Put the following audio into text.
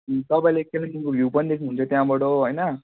तपाईँले कालिम्पोङको भ्यु पनि देख्नुहुन्छ त्यहाँबाट होइन